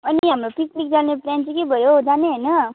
अनि हाम्रो पिक्निक जाने प्लान चाहिँ के भयो हौ जाने होइन